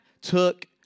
took